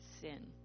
sin